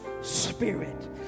Spirit